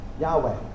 Yahweh